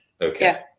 Okay